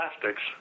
plastics